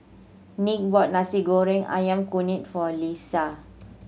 Nick bought Nasi Goreng Ayam Kunyit for Leisa